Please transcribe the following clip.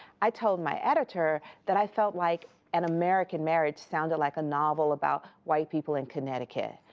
i told my editor that i felt like an american marriage sounded like a novel about white people in connecticut.